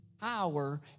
power